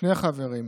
שני חברים: